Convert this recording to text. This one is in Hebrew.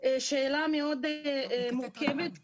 שאלה מאוד מורכבת,